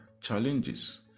challenges